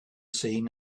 seen